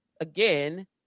again